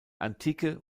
antike